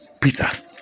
Peter